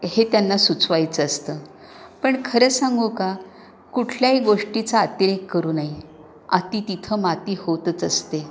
हे त्यांना सुचवायचं असतं पण खरं सांगू का कुठल्याही गोष्टीचा अतिरेक करू नये अति तिथं माती होतच असते